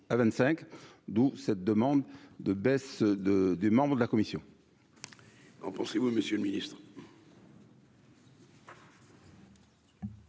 d'où cette demande de baisse de des membres de la commission.